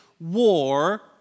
war